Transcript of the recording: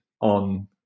on